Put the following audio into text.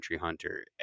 hunter